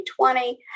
2020